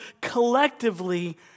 collectively